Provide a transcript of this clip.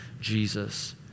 Jesus